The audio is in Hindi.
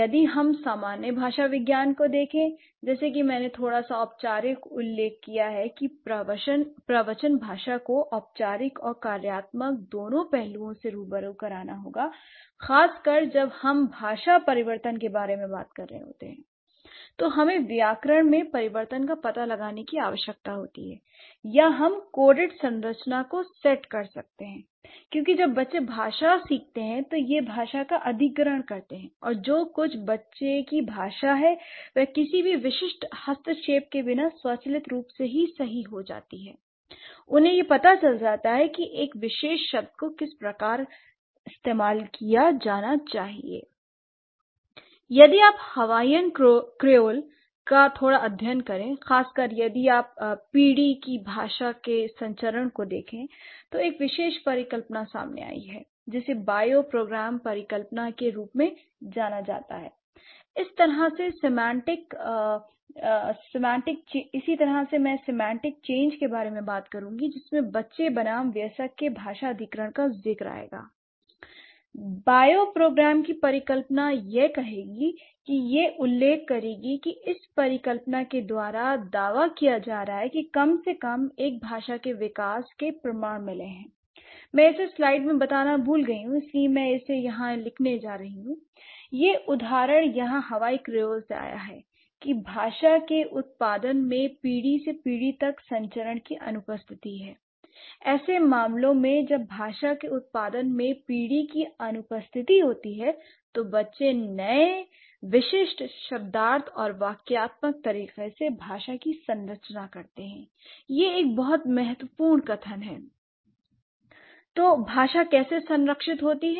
यदि हम सामान्य भाषा विज्ञान को देखें जैसे कि मैंने थोड़ा सा औपचारिक उल्लेख किया है की प्रवचन भाषा को औपचारिक और कार्यात्मक दोनों पहलुओं से रूबरू करना होगा खासकर जब हम भाषा परिवर्तन के बारे में बात कर रहे होते हैं l तो हमें व्याकरण में परिवर्तन का पता लगाने की आवश्यकता होती है या हम कोडीड संरचना को सेट कर सकते हैं l क्योंकि जब बच्चे भाषा सीखते हैं तो यह भाषा का अधिकरण करते हैं l और जो कुछ बच्चे की भाषा है वह किसी भी विशिष्ट हस्तक्षेप के बिना स्वचालित रूप से ही सही हो जाती है l उन्हें यह पता चल जाता है कि एक विशेष शब्द को किस प्रकार इस्तेमाल किया जाना चाहिए l यदि आप हवाईअन क्रियोल का थोड़ा अध्ययन करें खासकर यदि आप पीढ़ी की भाषा के संचरण को देखें तो एक विशेष परिकल्पना सामने आई है जिसे बायो प्रोग्राम परिकल्पना के रूप में जाना जाता है l और इसी तरह से सेमांटिक चेंज के बारे में बात करूंगी जिसमें बच्चे बनाम व्यस्क के भाषा अधिकरण का जिक्र आएगा l बायो प्रोग्राम की परिकल्पना यह कहेगी या यह उल्लेख करेगी की इस परिकल्पना के द्वारा दावा किया जा रहा है कि कम से कम एक भाषा के विकास के प्रमाण मिले हैं l मैं इसे स्लाइड में बताना भूल गई हूं इसलिए मैं यहां इसे लिखने जा रही हूं l यह उदाहरण यहां हवाई क्रियोल से आया है की भाषा के उत्पादन में पीढ़ी से पीडी तक संचरण की अनुपस्थिति है l ऐसे मामलों में जब भाषा के उत्पादन में पीढ़ी की अनुपस्थिति होती है तो बच्चे नए विशिष्ट शब्दार्थ और वाक्यआत्मक तरीके से भाषा की संरचना करते हैं l यह बहुत महत्वपूर्ण कथन है l तो भाषा कैसे संरक्षित होती है